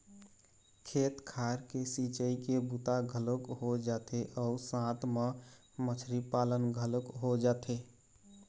खेत खार के सिंचई के बूता घलोक हो जाथे अउ साथ म मछरी पालन घलोक हो जाथे